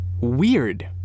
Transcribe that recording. weird